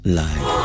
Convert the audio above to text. life